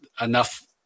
enough